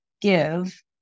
give